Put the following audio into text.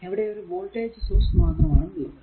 ഇവിടെ ഒരു voltage source മാത്രമാണുള്ളത്